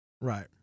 right